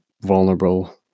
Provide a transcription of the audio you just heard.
vulnerable